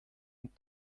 een